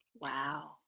Wow